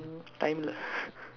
time இல்ல:illa